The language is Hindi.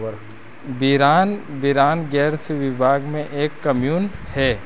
बिरान बिरान गेर्स विभाग में एक कम्यून है